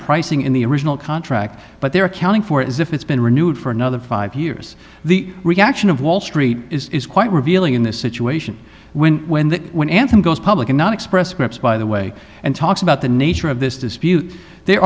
pricing in the original contract but their accounting for it is if it's been renewed for another five years the reaction of wall street is quite revealing in this situation when when that when anthem goes public and not express scripts by the way and talks about the nature of this dispute there